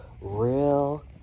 Real